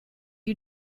you